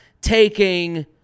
taking –